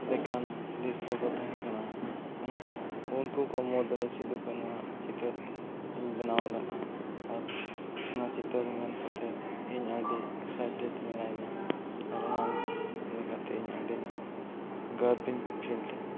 ᱞᱮᱠᱟᱱ ᱫᱤᱥᱩᱣᱟᱹ ᱠᱚ ᱛᱟᱦᱮᱸᱠᱟᱱᱟ ᱩᱱᱠᱩ ᱠᱚ ᱢᱩᱫᱽᱨᱮ ᱥᱤᱫᱩᱼᱠᱟᱹᱱᱩ ᱟᱜ ᱪᱤᱛᱟᱹᱨ ᱤᱧ ᱵᱮᱱᱟᱣ ᱞᱮᱫᱼᱟ ᱟᱨ ᱚᱱᱟ ᱪᱤᱛᱟᱹᱨ ᱢᱮᱱ ᱠᱟᱛᱮᱫ ᱤᱧ ᱟᱹᱰᱤ ᱢᱤᱱᱟᱹᱧᱟ ᱟᱨ ᱚᱱᱟ ᱤᱫᱤ ᱠᱟᱛᱮᱫ ᱤᱧ ᱟᱹᱰᱤᱧ ᱜᱚᱨᱵ ᱤᱧ ᱮᱫᱟ